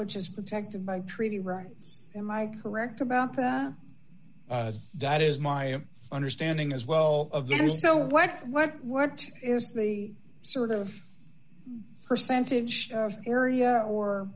which is protected by treaty rights in my correct about that that is my understanding as well so what what what is the sort of percentage area or